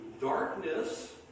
darkness